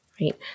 Right